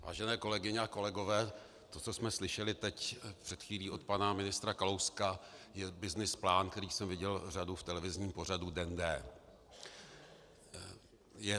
Vážené kolegyně a kolegové, to, co jsme slyšeli před chvílí od pana ministra Kalouska, je byznys plán, který jsem viděl v televizním pořadu Den D.